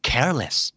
Careless